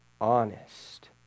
honest